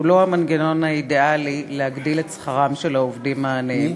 הוא לא המנגנון האידיאלי להגדלת שכרם של העובדים העניים.